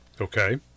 Okay